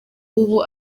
ubu